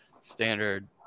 standard